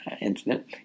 incident